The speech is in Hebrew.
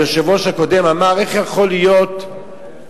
היושב-ראש הקודם אמר: איך יכול להיות שמדליפים